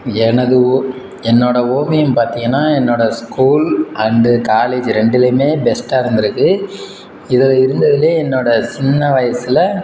எனது ஓ என்னோடய ஓவியம் பார்த்திங்கன்னா என்னோடய ஸ்கூல் அண்டு காலேஜ் ரெண்டுலேயுமே பெஸ்ட்டாக இருந்துருக்குது இதில் இருந்ததில் என்னோடய சின்ன வயசில்